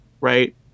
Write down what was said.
right